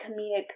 comedic